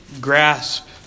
grasp